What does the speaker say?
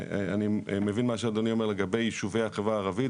אני מבין מה שאדוני אומר לגבי ישובי החברה הערבית.